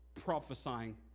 prophesying